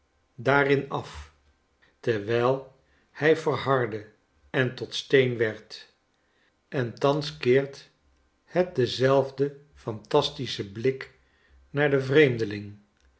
daarin af terwiji hi verhardde en tot steen werd en thans keerthetdenzelfden phantastiwchen blik naar den vreemdeling